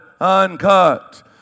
uncut